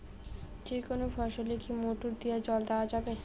যেকোনো ফসলে কি মোটর দিয়া জল দেওয়া যাবে?